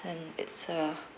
and it's a